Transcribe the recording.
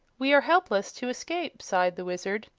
we are helpless to escape, sighed the wizard.